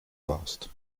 warst